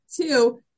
Two